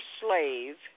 slave